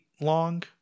long